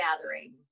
gathering